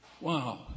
Wow